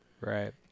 Right